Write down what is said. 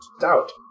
doubt